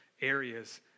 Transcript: areas